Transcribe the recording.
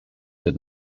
did